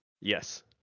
Yes